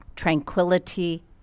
tranquility